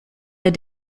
der